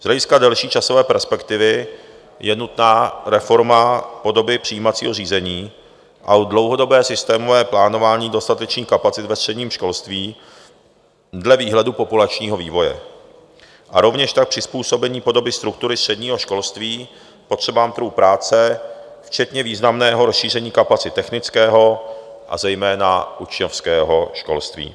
Z hlediska delší časové perspektivy je nutná reforma podoby přijímacího řízení, dlouhodobé systémové plánování dostatečných kapacit ve středním školství dle výhledu populačního vývoje a rovněž tak přizpůsobení podoby struktury středního školství potřebám trhu práce včetně významného rozšíření kapacit technického, a zejména učňovského školství.